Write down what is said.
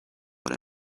but